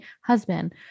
husband